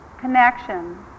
connection